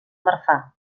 marfà